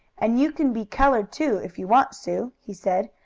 and you can be colored, too, if you want, sue, he said.